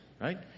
right